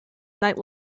night